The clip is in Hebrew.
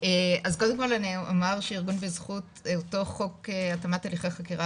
כל אני אומר שארגון בזכות אותו חוק התאמת הליכי חקירה